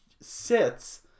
sits